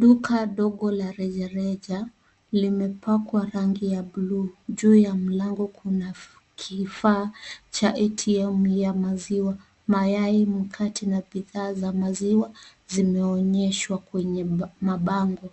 Duka dogo la rejareja limepakwa rangi ya buluu .Juu ya mlango kuna kifaa cha ATM ya maziwa, mayai, mkate na bidhaa za maziwa zimeonyeshwa kwenye mabango.